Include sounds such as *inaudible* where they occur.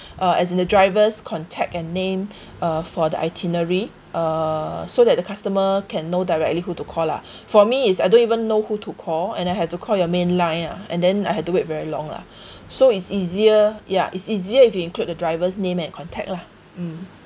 *breath* as in the driver's contact and name *breath* uh for the itinerary uh so that the customer can know directly who to call lah *breath* for me is I don't even know who to call and I had to call your main line ah and then I had to wait very long lah *breath* so it's easier ya it's easier if you include the driver's name and contact lah mm